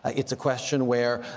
it's a question where,